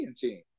team